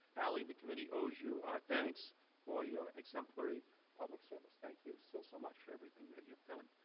ali, the committee owes you our thanks for your exemplary public service. thank you so so much for everything that you have done.